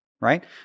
right